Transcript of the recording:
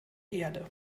erde